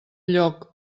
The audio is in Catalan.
lloc